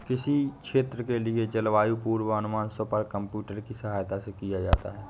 किसी क्षेत्र के लिए जलवायु पूर्वानुमान सुपर कंप्यूटर की सहायता से किया जाता है